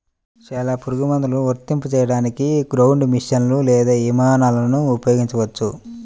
చాలా పురుగుమందులను వర్తింపజేయడానికి గ్రౌండ్ మెషీన్లు లేదా విమానాలను ఉపయోగించవచ్చు